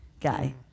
guy